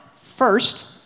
first